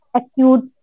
acute